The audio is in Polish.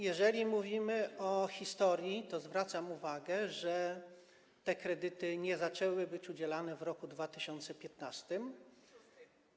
Jeżeli mówimy o historii, to zwracam uwagę, że te kredyty nie zaczęły być udzielane w roku 2015.